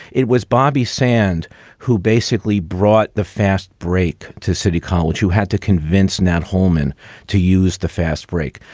it was bobby sand who basically brought the fast break to city college, who had to convince nat holman to use the fast break.